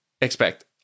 Expect